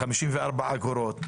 54 אגורות,